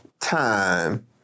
time